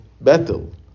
battle